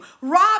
rob